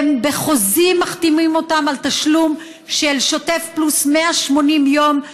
ובחוזים מחתימים אותם על תשלום של שוטף פלוס 180 יום,